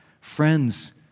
friends